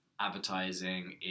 advertising